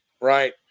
right